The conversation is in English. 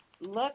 look